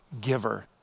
giver